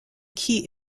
key